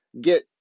Get